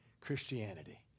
Christianity